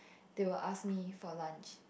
they will ask me for lunch